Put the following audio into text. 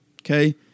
okay